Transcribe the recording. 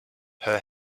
her